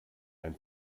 ein